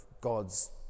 God's